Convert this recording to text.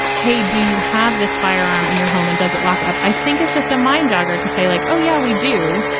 hey, do you have this firearm in your home and does it lock up? i think it's just a mind jogger to say like. oh, yeah, we do.